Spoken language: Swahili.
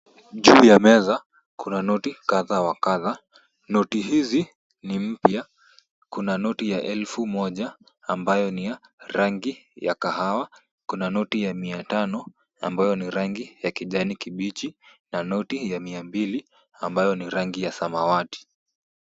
Juu ya meza kuna noti kadha wa kadha. Noti hizi ni mpya. Kuna noti ya elfu moja ambayo ni ya rangi ya kahawa. Kuna noti ya mia tano ambayo ni rangi ya kijani kibichi na noti ya mia mbili ambayo ni rangi ya samawati.